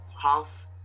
half